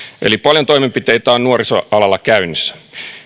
paljon toimenpiteitä on nuorisoalalla käynnissä